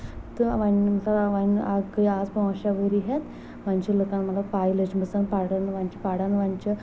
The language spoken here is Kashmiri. تہٕ وۄنۍ مثال وۄنۍ گٔے آز پانٛژھ شیٚے ؤرۍہیتھ وۄنۍ چھِ لُکن مطلب پے لٔجمژ پران وۄنۍ چھِ پَران وۄنۍ چھِ